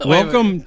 Welcome